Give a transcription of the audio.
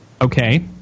Okay